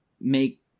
make